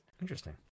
Interesting